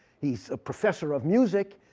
he's a professor of music.